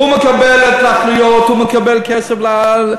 הוא מקבל התנחלויות, הוא מקבל כסף ל-.